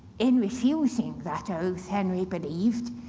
in refusing that oath, henry believed,